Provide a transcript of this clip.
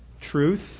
Truth